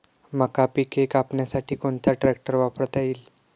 मका पिके कापण्यासाठी कोणता ट्रॅक्टर वापरता येईल?